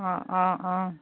অঁ অঁ অঁ